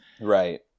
Right